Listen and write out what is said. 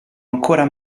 ancora